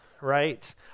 right